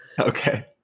Okay